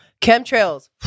chemtrails